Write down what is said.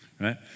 Right